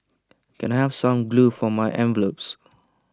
can I have some glue for my envelopes